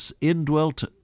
indwelt